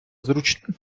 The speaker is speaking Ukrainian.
зручний